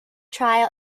trial